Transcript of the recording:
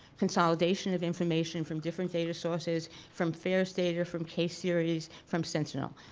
consolidation of information from different data sources from faers data, from k series, from sentinel.